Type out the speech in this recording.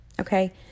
Okay